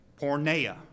Pornea